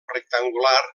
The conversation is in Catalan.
rectangular